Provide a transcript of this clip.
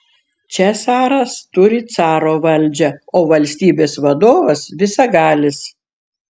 čia caras turi caro valdžią o valstybės vadovas visagalis